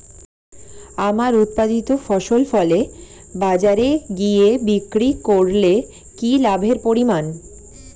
আমার উৎপাদিত ফসল ফলে বাজারে গিয়ে বিক্রি করলে কি লাভের পরিমাণ?